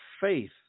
faith